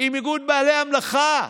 עם איגוד בעלי המלאכה,